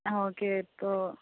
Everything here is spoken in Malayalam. ആ ഓക്കെ ഇപ്പോൾ